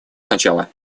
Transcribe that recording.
сначала